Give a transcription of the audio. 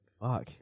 fuck